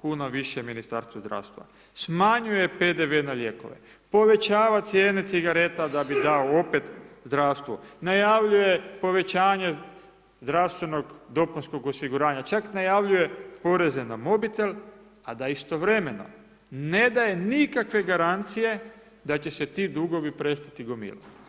kuna više Ministarstvu zdravstva, smanjuje PDV na lijekove, povećava cijene cigareta da bi dao opet zdravstvu, najavljuje povećanje zdravstvenog dopunskog osiguranja, čak najavljuje poreze na mobitel a da istovremeno ne daje nikakve garancije da će se ti dugovi prestati gomilati.